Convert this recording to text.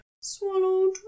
swallowed